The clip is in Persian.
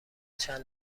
چند